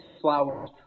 flowers